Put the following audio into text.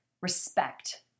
respect